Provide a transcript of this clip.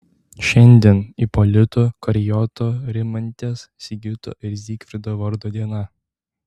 šiandien ipolito karijoto rimantės sigito ir zygfrido vardo diena